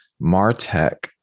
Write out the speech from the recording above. Martech